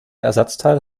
ersatzteil